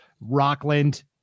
Rockland